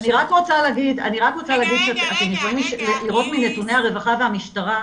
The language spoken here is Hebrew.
אני רק רוצה להגיד --- נתוני הרווחה והמשטרה,